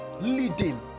leading